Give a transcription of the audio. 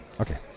Okay